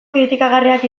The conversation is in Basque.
kritikagarriak